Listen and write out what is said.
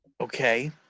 Okay